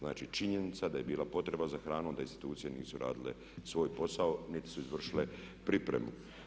Znači činjenica da je bila potreba za hranom, da institucije nisu radile svoj posao niti su izvršile pripremu.